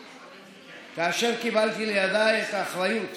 כאשר קיבלתי לידיי את האחריות